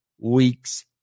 weeks